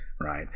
right